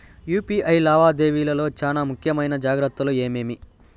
UPI లావాదేవీల లో చానా ముఖ్యమైన జాగ్రత్తలు ఏమేమి?